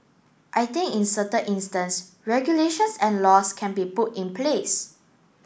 I think in certain instance regulations and laws can be put in place